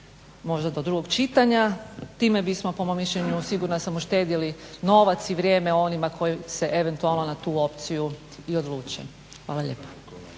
možda do drugog čitanja. Time bismo po mom mišljenu sigurna sam uštedjeli novac i vrijeme onima koji se eventualno na tu opciju i odluče. Hvala lijepa.